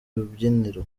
rubyiniro